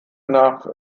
nach